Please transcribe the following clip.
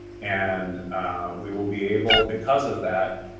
and we will be able because of that.